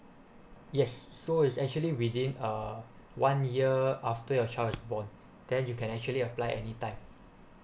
yes so is actually within uh one year after your child is born then you can actually apply anytime